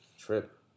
Trip